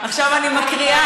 עכשיו אני מקריאה,